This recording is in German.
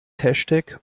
hashtag